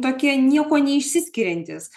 tokie niekuo neišsiskiriantys